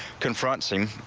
confronts him,